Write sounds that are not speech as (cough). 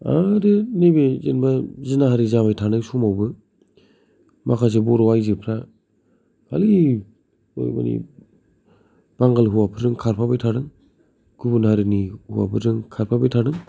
आरो नै बे जेनोबा जिनाहारि जाबाय थानाय समावबो माखासे बर' आइजोफ्रा खालि (unintelligible) बांगाल हौवाफोरजों खारफा बाय थादों गुबुन हारिनि हौवाफोरजों खारफाबाय थादों